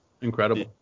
incredible